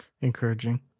encouraging